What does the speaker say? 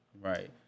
Right